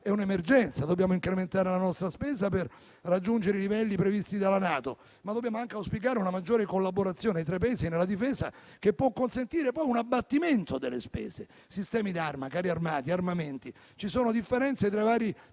e un'emergenza, dobbiamo incrementare la nostra spesa per raggiungere i livelli previsti dalla NATO. Dobbiamo anche auspicare una maggiore collaborazione tra i Paesi e nella difesa, che può consentire poi un abbattimento delle spese. Sistemi d'arma, carri armati, armamenti: ci sono differenze tra vari